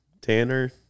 Tanner